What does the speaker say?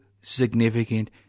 significant